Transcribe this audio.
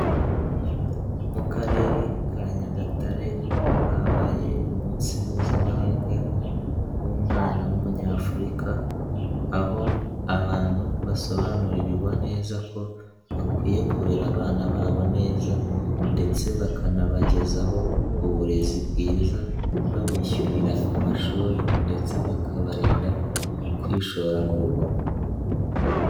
Mu Karere ka Nyagatare habaye umunsi mpuzamahanga w'umwana w'Umunyafurika aho abantu basobanurirwa neza ko bakwiye kurera abana babo neza ndetse bakanabagezaho uburezi bwiza babishyurira amashuri ndetse bakabarinda kwishora mu rugomo.